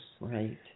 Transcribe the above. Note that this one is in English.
right